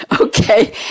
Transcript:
Okay